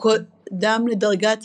הוא קודם לדרגת